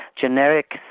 generic